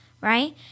Right